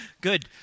Good